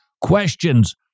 questions